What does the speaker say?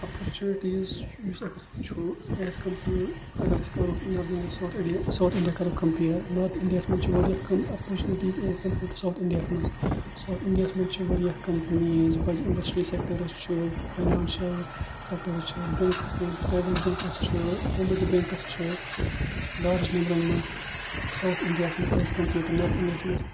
opportunities چھُ یُس اَسہِ چھُ ایز کَمپیٲڈ اگر أسۍ کَرو north India south India south India کَرو کَمپیر نارٕتھ اِنڈیاہَس منٛز چھِ واریاہ کَم opportunities as compared to south اِنڈیاہَس منٛز ساوُتھ اِنڈیاہَس منٛز چھِ واریاہ کمپٔنیٖز بَجہِ اِنڈَسٹرٛی سیکٹَرٕس چھُ فاینانشَل سیکٹرٕس چھِ بیٚیہِ پرٛایویٹ بینٛکٕس چھُ گورمینٹ بینٛکٕس چھُ لارٕج نمبرَن منٛز سَاوُتھ اِنڈیاہَس منٛز ایز کَمپیٲڈ ٹو نارٕتھ اِنڈیاہَس منٛز